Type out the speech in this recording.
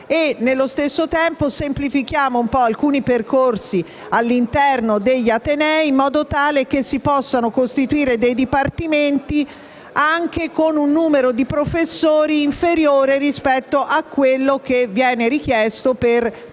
nello stesso tempo, semplifichiamo alcuni percorsi all'interno degli atenei in modo tale che si possano costituire dei dipartimenti anche con un numero di professori inferiore rispetto a quello richiesto per tutti